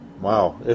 Wow